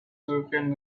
european